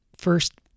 first